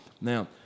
Now